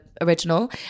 original